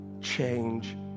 change